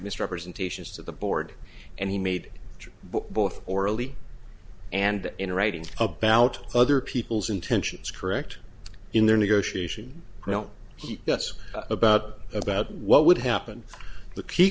misrepresentations to the board and he made both orally and in writing about other people's intentions correct in their negotiation he gets about about what would happen the key